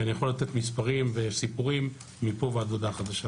אני יכול לתת מספרים וסיפורים מפה ועד הודעה חדשה.